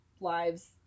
lives